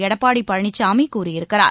எடப்பாடிபழனிசாமிகூறியிருக்கிறார்